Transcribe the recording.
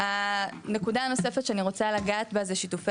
הנקודה הנוספת שאני רוצה לגעת בה זה השיתופי